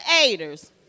aiders